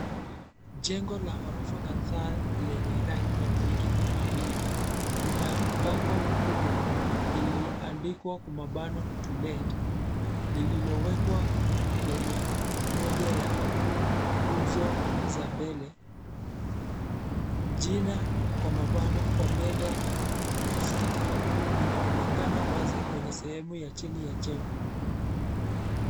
Jengo la gorofa kadhaa lenye rangi ya beige na kahawia; kuna bango kubwa lililoandkiwa kwa mabano To Let , lililowekwa kwenye moja ya nguzo za mbele. Jina (Omega Masate) linaonekana wazi kwenye sehemu ya chini ya jengo.